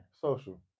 Social